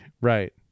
Right